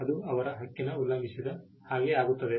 ಈಗ ಅದು ಅವರ ಹಕ್ಕನ್ನು ಉಲ್ಲಂಘಿಸಿದ ಹಾಗೆ ಆಗುತ್ತದೆ